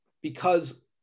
Because-